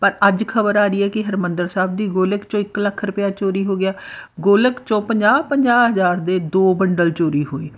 ਪਰ ਅੱਜ ਖ਼ਬਰ ਆ ਰਹੀ ਹੈ ਕਿ ਹਰਿਮੰਦਰ ਸਾਹਿਬ ਦੀ ਗੋਲਕ 'ਚੋਂ ਇੱਕ ਲੱਖ ਰੁਪਇਆ ਚੋਰੀ ਹੋ ਗਿਆ ਗੋਲਕ 'ਚੋਂ ਪੰਜਾਹ ਪੰਜਾਹ ਹਜ਼ਾਰ ਦੇ ਦੋ ਬੰਡਲ ਚੋਰੀ ਹੋਏ